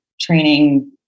training –